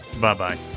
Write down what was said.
Bye-bye